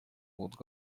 будут